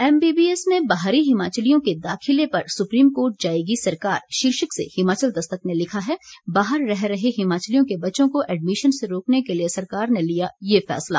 MBBS में बाहरी हिमाचलियों के दाखिले पर सुप्रीम कोर्ट जाएगी सरकार शीर्षक से हिमाचल दस्तक ने लिखा है बाहर रह रहे हिमाचलियों के बच्चों को एडमिशन से रोकने के लिए सरकार ने लिया ये फैसला